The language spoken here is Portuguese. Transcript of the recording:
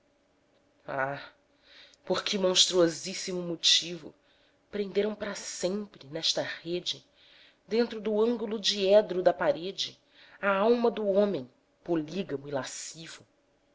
por que monstruosíssimo motivo prenderam para sempre nesta rede dentro do ângulo diedro da parede a alma do homem poilígamo e lascivo